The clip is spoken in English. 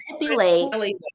manipulate